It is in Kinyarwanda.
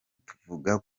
tuvuga